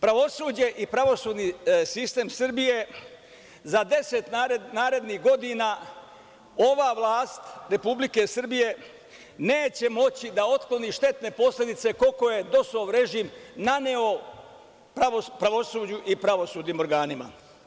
Pravosuđe i pravosudni sistem Srbije za deset narednih godina ova vlast Republike Srbije neće moći da otkloni štetne posledice koliko je DOS-ov režim naneo pravosuđu u pravosudnim organima.